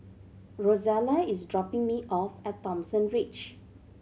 Rozella is dropping me off at Thomson Ridge